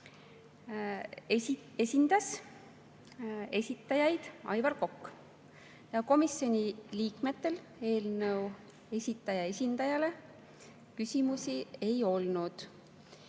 esindas esitajaid Aivar Kokk. Komisjoni liikmetel eelnõu esitaja esindajale küsimusi ei